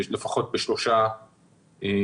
לפחות בשלוש חברות,